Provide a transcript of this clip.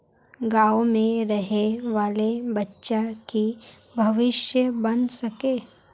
गाँव में रहे वाले बच्चा की भविष्य बन सके?